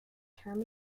term